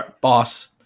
boss